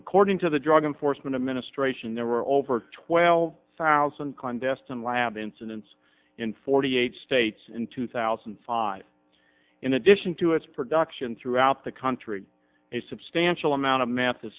according to the drug enforcement administration there are over twelve thousand contest and lab incidents in forty eight states in two thousand and five in addition to its production throughout the country a substantial amount of math